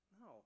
No